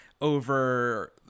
over